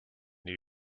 new